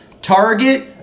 Target